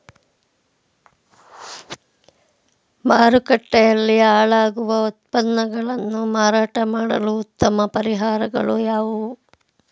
ಮಾರುಕಟ್ಟೆಯಲ್ಲಿ ಹಾಳಾಗುವ ಉತ್ಪನ್ನಗಳನ್ನು ಮಾರಾಟ ಮಾಡಲು ಉತ್ತಮ ಪರಿಹಾರಗಳು ಯಾವುವು?